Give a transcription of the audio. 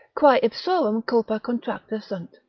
quae ipsorum culpa contracta sunt,